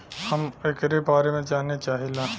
हम एकरे बारे मे जाने चाहीला?